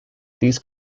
these